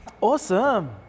awesome